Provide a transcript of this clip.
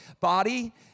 Body